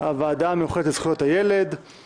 משאל עם (תיקון,